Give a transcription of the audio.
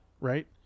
Right